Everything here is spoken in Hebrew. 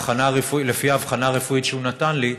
לפי האבחנה הרפואית שהוא נתן לי,